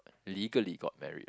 legally got married